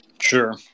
sure